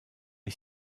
est